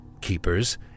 Keepers